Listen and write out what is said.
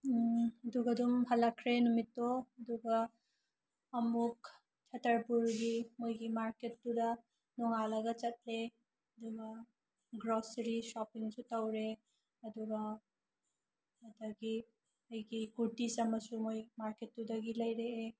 ꯎꯝ ꯑꯗꯨꯒ ꯑꯗꯨꯝ ꯍꯜꯂꯛꯈ꯭ꯔꯦ ꯅꯨꯃꯤꯠꯇꯣ ꯑꯗꯨꯒ ꯑꯃꯨꯛ ꯁꯠꯇꯄꯨꯔꯒꯤ ꯃꯣꯏꯒꯤ ꯃꯥꯔꯀꯦꯠꯇꯨꯗ ꯅꯣꯡꯉꯥꯜꯂꯒ ꯆꯠꯂꯦ ꯑꯗꯨꯒ ꯒ꯭ꯔꯣꯁꯔꯔꯤ ꯁꯣꯞꯄꯤꯡꯁꯨ ꯇꯧꯔꯦ ꯑꯗꯨꯒ ꯑꯗꯨꯗꯒꯤ ꯑꯩꯒꯤ ꯀꯨꯔꯇꯤꯁ ꯑꯃꯁꯨ ꯃꯣꯏ ꯃꯥꯔꯀꯦꯠꯇꯨꯗꯒꯤ ꯂꯩꯔꯛꯑꯦ